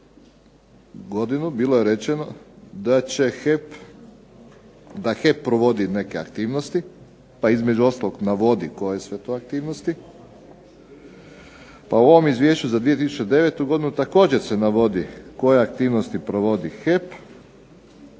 godinu bilo je rečeno da će HEP provoditi neke aktivnosti, među ostalog navodi koje su sve to aktivnosti, pa u ovom također za 2009. godinu također se navodi koje aktivnosti provodi HEP